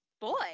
boy